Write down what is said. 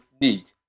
need